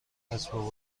اسباب